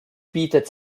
bietet